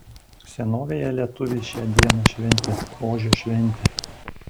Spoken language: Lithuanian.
senovėje lietuviai šią dieną šventė ožio šventę